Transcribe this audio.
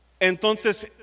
Entonces